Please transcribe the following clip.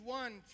one